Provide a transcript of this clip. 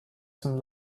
some